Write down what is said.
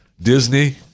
Disney